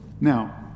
Now